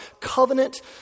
covenant